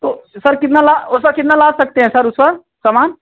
तो सर कितना उस पर कितना लाद सकते हैं सर उस पर सामान